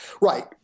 Right